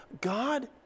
God